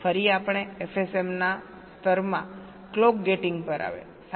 ફરી આપણે FSM ના સ્તરમાં ક્લોક ગેટિંગ પર આવીએ